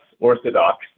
Orthodox